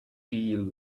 deal